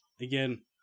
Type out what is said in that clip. Again